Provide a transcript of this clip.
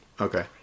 Okay